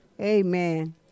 Amen